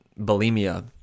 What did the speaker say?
bulimia